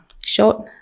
Short